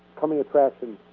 coming attracted